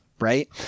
Right